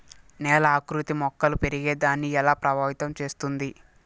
నేల ఆకృతి మొక్కలు పెరిగేదాన్ని ఎలా ప్రభావితం చేస్తుంది?